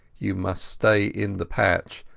you must stay in the patch,